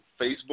Facebook